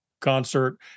concert